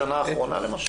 בשנה האחרונה למשל?